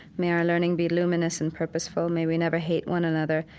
may our learning be luminous and purposeful. may we never hate one another.